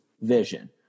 vision